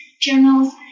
journals